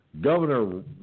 Governor